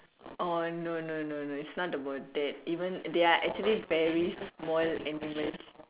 orh no no no no it's not about that even there are actually very small animals